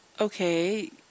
Okay